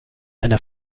einer